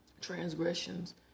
transgressions